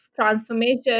transformation